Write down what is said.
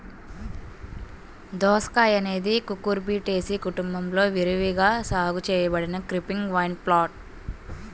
దోసకాయఅనేది కుకుర్బిటేసి కుటుంబంలో విరివిగా సాగు చేయబడిన క్రీపింగ్ వైన్ప్లాంట్